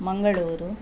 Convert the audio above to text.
Mangaluru